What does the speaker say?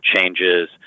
changes